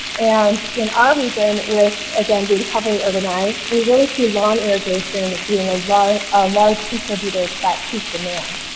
and in our region with again with being heavily urbanized we really see lawn irrigation being a large ah large contributor to that peak demand.